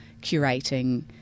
curating